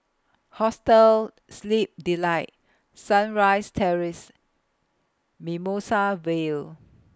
Hostel Sleep Delight Sunrise Terrace Mimosa Vale